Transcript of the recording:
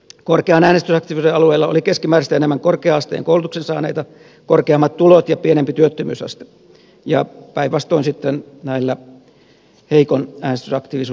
korkean äänestysaktiivisuuden alueilla oli keskimääräistä enemmän korkean asteen koulutuksen saaneita korkeammat tulot ja pienempi työttömyysaste ja päinvastoin sitten näillä heikon äänestysaktiivisuuden alueilla